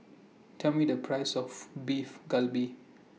Tell Me The Price of Beef Galbi